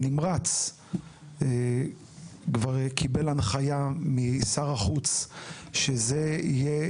הנמרץ כבר קיבל הנחיה משר החוץ שזה יהיה